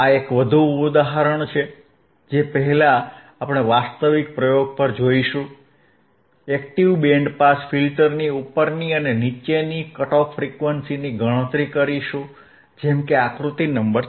આ એક વધુ ઉદાહરણ છે જે પહેલા આપણે વાસ્તવિક પ્રયોગ પર જઈશું એક્ટીવ બેન્ડ પાસ ફિલ્ટરની ઉપરની અને નીચી કટ ઓફ ફ્રીક્વન્સીની ગણતરી કરીશું જેમ કે આકૃતિ 14